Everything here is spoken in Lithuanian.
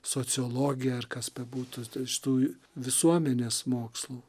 sociologija ar kas bebūtų tai iš tų visuomenės mokslų